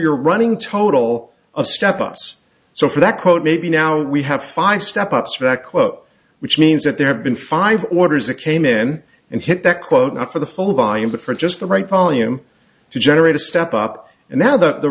your running total of step us so for that quote maybe now we have five step ups for that quote which means that there have been five orders that came in and hit that quote not for the full volume but for just the right volume to generate a step up and now that the